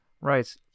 Right